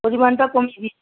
পরিমাণটা কমিয়ে দিয়েছে